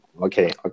okay